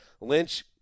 Lynch